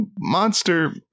monster